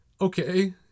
okay